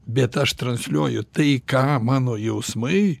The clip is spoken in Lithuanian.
bet aš transliuoju tai ką mano jausmai